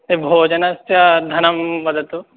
तद्भोजनस्य धनं वदतु